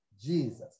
Jesus